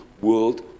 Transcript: world